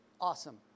awesome